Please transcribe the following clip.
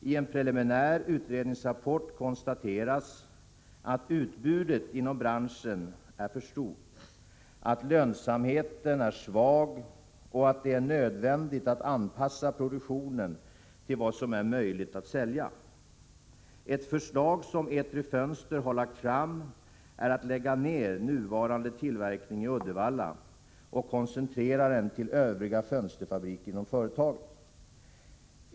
I en preliminär utredningsrapport konstateras att utbudet inom branschen är för stort, att lönsamheten är svag och att det är nödvändigt att anpassa produktionen till vad som är möjligt att sälja. Ett förslag som Etri Fönster har lagt fram är att lägga ned nuvarande tillverkning i Uddevalla och koncentrera den till övriga fönsterfabriker inom företaget.